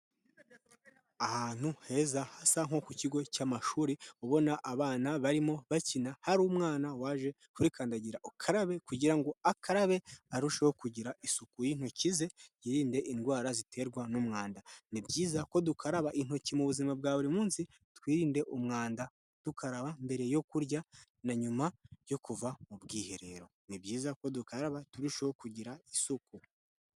Ahantu heza hasa nko ku kigo cy'amashuri ubona abana barimo bakina, hari umwana waje kuri kandagira ukarabe kugira ngo akarabe arusheho kugira isuku y'intoki ze, yirinde indwara ziterwa n'umwanda, ni byiza ko dukaraba intoki mu buzima bwa buri munsi. Twirinde umwanda dukaraba mbere yo kurya na nyuma yo kuva mu bwiherero, ni byiza ko dukaraba turusheho kugira isuku.